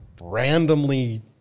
randomly